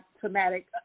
traumatic